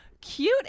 cute